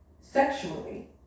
sexually